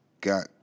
got